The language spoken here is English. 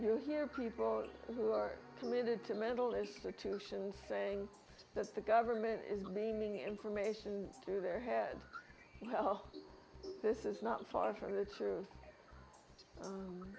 you hear people who are committed to mental institutions saying that the government is being informations through their head well this is not far from the truth